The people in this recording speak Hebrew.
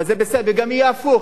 אבל זה בסדר, וגם יהיה הפוך.